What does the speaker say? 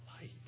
light